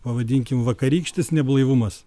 pavadinkim vakarykštis neblaivumas